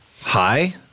Hi